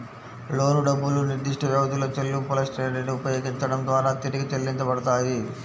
లోను డబ్బులు నిర్దిష్టవ్యవధిలో చెల్లింపులశ్రేణిని ఉపయోగించడం ద్వారా తిరిగి చెల్లించబడతాయి